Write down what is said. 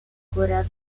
corea